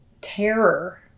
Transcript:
terror